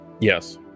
Yes